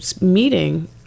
meeting